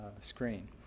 screen